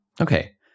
Okay